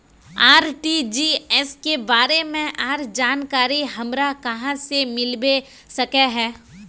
RTGS के बारे में आर जानकारी हमरा कहाँ से मिलबे सके है?